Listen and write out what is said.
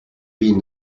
been